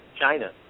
China